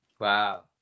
Wow